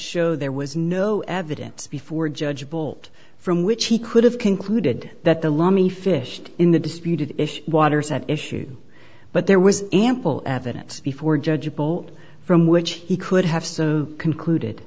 show there was no evidence before judge bolt from which he could have concluded that the loamy fish in the disputed waters had issued but there was ample evidence before judge a bolt from which he could have so concluded